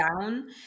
down